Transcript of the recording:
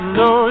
no